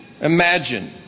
Imagine